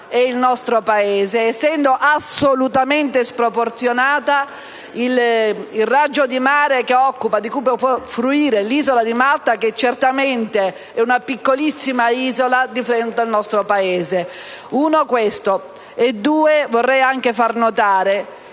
e il nostro Paese, essendo assolutamente sproporzionato il raggio di mare di cui può fruire l'isola di Malta, che è certamente una piccolissima isola di fronte al nostro Paese. In secondo luogo, vorrei anche far notare